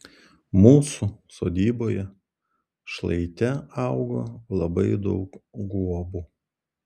mūsų sodyboje šlaite augo labai daug guobų